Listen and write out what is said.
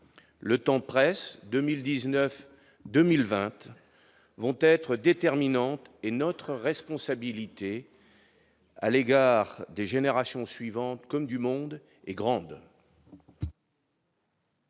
le temps presse 2019, 2020 vont être déterminantes et notre responsabilité. à l'égard des générations suivantes comme du monde est grande.